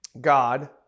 God